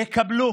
יקבלו